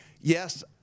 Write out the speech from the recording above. yes